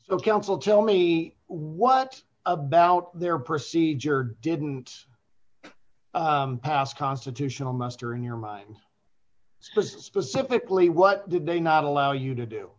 so council tell me what about their procedure didn't pass constitutional muster in your mind to specifically what did they not allow you to do